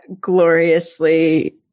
gloriously